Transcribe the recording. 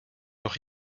noch